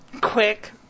Quick